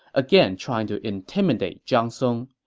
again trying to intimidate zhang song.